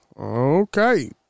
Okay